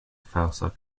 falsa